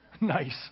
nice